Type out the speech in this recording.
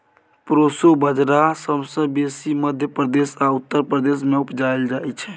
proso बजरा सबसँ बेसी मध्य प्रदेश आ उत्तर प्रदेश मे उपजाएल जाइ छै